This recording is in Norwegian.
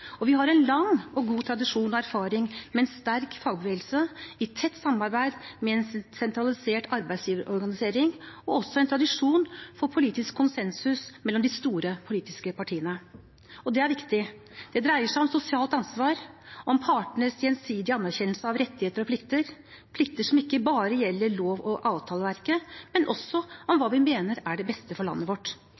politikk. Vi har en lang og god tradisjon og erfaring med en sterk fagbevegelse i tett samarbeid med en sentralisert arbeidsgiverorganisering, og også en tradisjon for politisk konsensus mellom de store politiske partiene. Det er viktig. Det dreier seg om sosialt ansvar, om partenes gjensidige anerkjennelse av rettigheter og plikter – plikter som ikke bare gjelder lov- og avtaleverket, men også om hva vi mener er det beste for landet vårt.